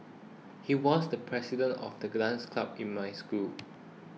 he was the president of the dance club in my school